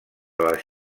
les